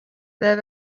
there